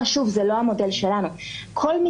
אני